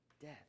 death